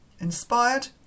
Inspired